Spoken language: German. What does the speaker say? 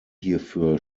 hierfür